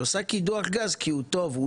היא עושה קידו"ח גז כי הוא טוב,